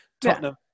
Tottenham